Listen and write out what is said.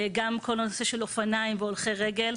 גם כל הנושא של אופניים והולכי רגל.